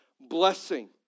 blessing